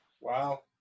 Wow